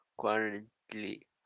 currently